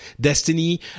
Destiny